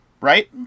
right